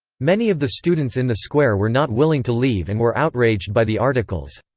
many of the students in the square were not willing to leave and were outraged by the articles.